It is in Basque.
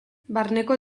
barneko